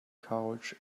couch